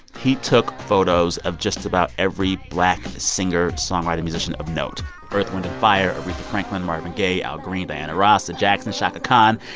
he took photos of just about every black singer, songwriter, musician of note earth, wind and fire, aretha franklin, marvin gaye, al green, diana ross, the jacksons, chaka khan.